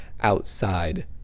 outside